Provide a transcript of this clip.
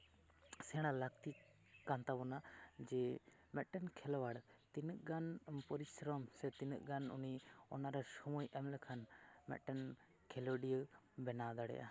ᱥᱮᱬᱟ ᱞᱟᱹᱠᱛᱤ ᱠᱟᱱ ᱛᱟᱵᱚᱱᱟ ᱡᱮ ᱢᱮᱫᱴᱮᱱ ᱠᱷᱮᱞᱳᱣᱟᱲ ᱛᱤᱱᱟᱹᱜ ᱜᱟᱱ ᱯᱚᱨᱤᱥᱨᱢ ᱥᱮ ᱛᱤᱱᱟᱹᱜ ᱜᱟᱱ ᱩᱱᱤ ᱚᱱᱟᱨᱮ ᱥᱚᱢᱚᱭ ᱮᱢ ᱞᱮᱠᱷᱟᱱ ᱢᱮᱫᱴᱮᱱ ᱠᱷᱮᱞᱳᱰᱤᱭᱟᱹᱢ ᱵᱮᱱᱟᱣ ᱫᱟᱲᱮᱭᱟᱜᱼᱟ